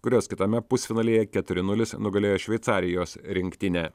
kurios kitame pusfinalyje keturi nulis nugalėjo šveicarijos rinktinę